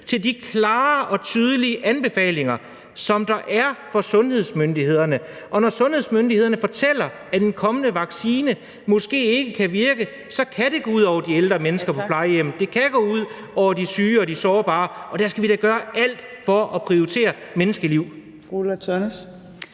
til de klare og tydelige anbefalinger, som der er fra sundhedsmyndighederne. Og når sundhedsmyndighederne fortæller, at en kommende vaccine måske ikke kan virke, så kan det gå ud over de ældre mennesker på plejehjemmet, det kan gå ud over de syge og de sårbare. Og der skal vi da gøre alt for at prioritere menneskeliv.